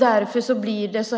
Därför blir det